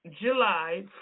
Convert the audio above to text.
July